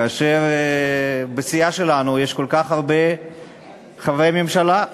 כאשר בסיעה שלנו יש כל כך הרבה חברי ממשלה.